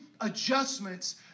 Adjustments